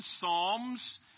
psalms